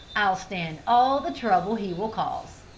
i'll stand all the trouble he will cause.